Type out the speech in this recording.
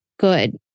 good